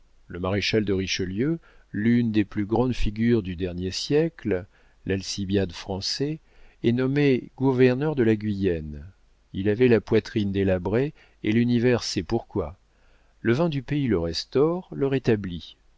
le maréchal de richelieu l'une des plus grandes figures du dernier siècle l'alcibiade français est nommé gouverneur de la guyenne il avait la poitrine délabrée et l'univers sait pourquoi le vin du pays le restaure le rétablit